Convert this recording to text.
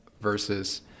versus